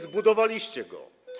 Zbudowaliście go.